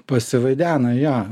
pasivaidena jo